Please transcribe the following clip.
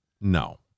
No